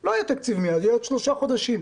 לא יהיה תקציב מייד, יהיה עוד שלושה חודשים.